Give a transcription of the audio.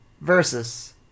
versus